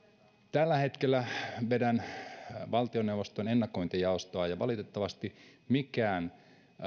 tällä hetkellä vedän valtioneuvoston ennakointijaostoa ja valitettavasti mikään